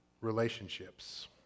relationships